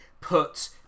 put